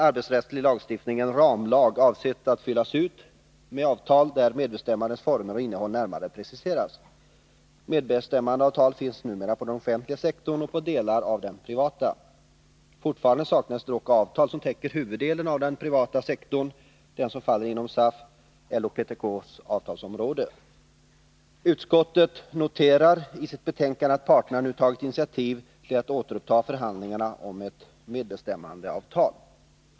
arbetsrättsliga lagar en ramlag, avsedd att fyllas ut med avtal där medbestämmandets former och innehåll närmare preciseras. Medbestämmandeavtal finns numera på den offentliga sektorn och på delar av den privata. Fortfarande saknas dock ett avtal som täcker huvuddelen av den privata sektorn, den som faller inom SAF LO/PTK:s avtalsområde. Utskottet noterar i sitt betänkande att parterna nu tagit initiativ till att återuppta förhandlingarna om ett medbestämmandeavtal.